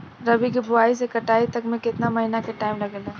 रबी के बोआइ से कटाई तक मे केतना महिना के टाइम लागेला?